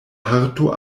parto